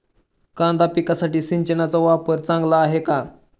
कांदा पिकासाठी सिंचनाचा वापर चांगला आहे का?